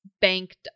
banked